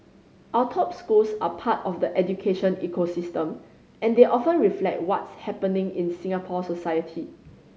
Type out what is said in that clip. our top schools are part of the education ecosystem and they often reflect what's happening in Singapore society